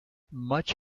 much